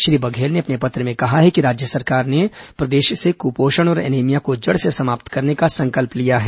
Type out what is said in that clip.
श्री बघेल ने अपने पत्र में कहा है कि राज्य सरकार ने प्रदेश से कुपोषण और एनीमिया को जड़ से समाप्त करने का संकल्प लिया है